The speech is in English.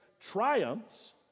triumphs